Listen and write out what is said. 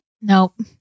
Nope